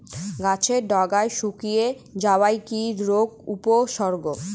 গাছের ডগা শুকিয়ে যাওয়া কি রোগের উপসর্গ?